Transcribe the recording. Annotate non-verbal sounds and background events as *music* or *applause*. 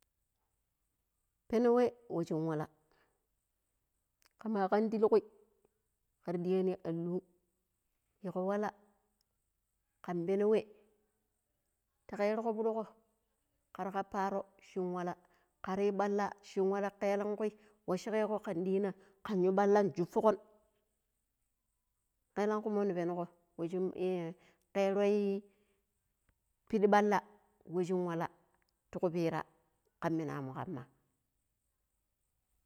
Peno we, we shin wala kama kan tilikui kar diyani an lung yiiko wala kan peno we ta keriko pidiko kar kap paaro shin wala kar yu ɓalla shin waala kelenku washiƙeko kan diina kan yu ɓalla shufukon kelanku mon peng̣o we shin *hesitation* keroi pidi ɓall we shin wala ti kupira kan minaamu kamma.